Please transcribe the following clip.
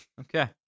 Okay